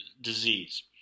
disease